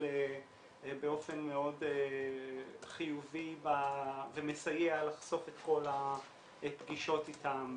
באופן מאוד חיובי ומסייע לחשוף את כל הפגישות איתם,